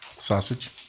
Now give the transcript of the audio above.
Sausage